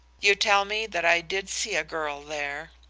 you tell me that i did see a girl there,